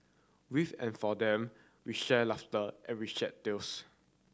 with and for them we shared laughter and we shed tears